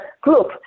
group